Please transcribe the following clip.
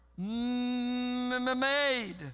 made